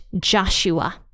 Joshua